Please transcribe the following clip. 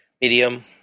Medium